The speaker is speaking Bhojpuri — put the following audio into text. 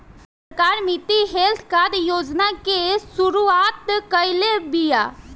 सरकार मिट्टी हेल्थ कार्ड योजना के शुरूआत काइले बिआ